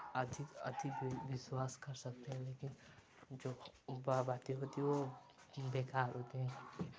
अधिक अधिक विश्वास कर सकते हैं जो बा बातें होती हैं वो बेकार होती हैं